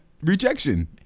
rejection